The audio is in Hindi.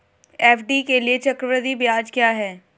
एफ.डी के लिए चक्रवृद्धि ब्याज क्या है?